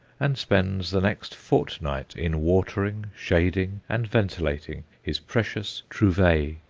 and spends the next fortnight in watering, shading, and ventilating his precious trouvailles,